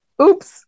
Oops